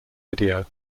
video